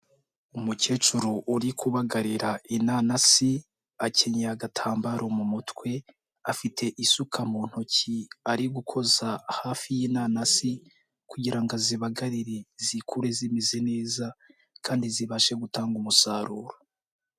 Umukecuru uri kubagarira inanasi, akenyeye agatambaro mu mutwe, afite isuka mu ntoki ari gukoza hafi y'inanasi, kugira ngo azibagarire zikure zimeze neza, kandi zibashe gutanga umusaruro.